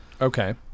Okay